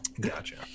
Gotcha